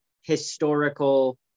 historical